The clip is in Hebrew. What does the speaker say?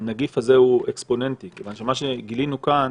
הנגיף הזה הוא אקספוננטי, כיוון שמה שגילינו כאן